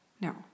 No